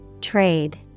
Trade